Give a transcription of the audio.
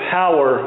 power